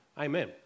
Amen